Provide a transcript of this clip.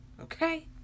Okay